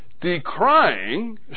decrying